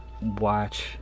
watch